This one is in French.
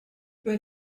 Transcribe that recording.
peut